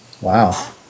Wow